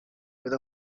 with